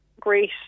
great